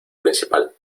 principal